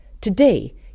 Today